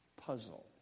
puzzle